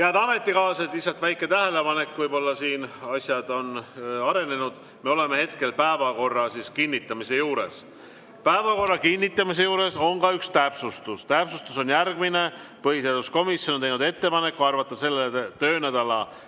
Head ametikaaslased, lihtsalt väike tähelepanek, võib-olla siin asjad on arenenud – me oleme hetkel päevakorra kinnitamise juures. Päevakorra kinnitamise juures on üks täpsustus. Täpsustus on järgmine: põhiseaduskomisjon on teinud ettepaneku arvata selle töönädala